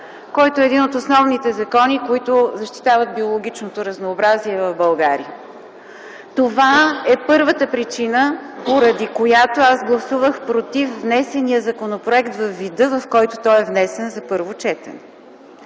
който е един от основните закони, които защитават биологичното разнообразие в България. Това е първата причина, поради която аз гласувах „против” внесения законопроект във вида, в който той е внесен за първо четене.